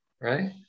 right